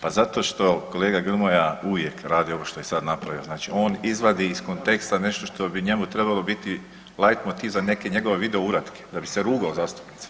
Pa zato što kolega Grmoja uvijek radi ovo što je sad napravio, znači on izvadi iz konteksta nešto što bi njemu trebalo biti lajt motiv za neke njegov video uratke da bi se rugao zastupnicima.